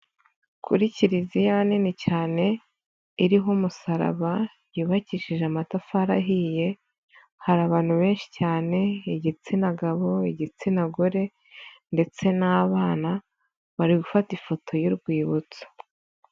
Kuri kiliziya nini cyane, iriho umusaraba, yubakishije amatafari ahiye ,hari abantu benshi cyane, igitsina gabo, igitsina gore ndetse n'abana, bari gufata ifoto y'urwibutso.